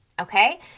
Okay